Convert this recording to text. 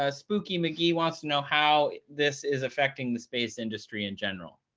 ah spookymcgee wants to know how this is affecting the space industry in general,